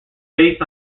based